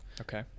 Okay